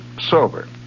sober